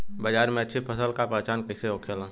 बाजार में अच्छी फसल का पहचान कैसे होखेला?